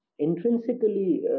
Intrinsically